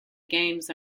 games